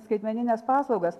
skaitmenines paslaugas